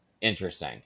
Interesting